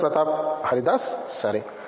professor Pratap Haridas సరే